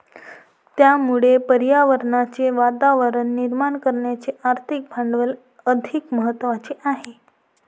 त्यामुळे पर्यावरणाचे वातावरण निर्माण करण्याचे आर्थिक भांडवल अधिक महत्त्वाचे आहे